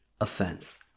offense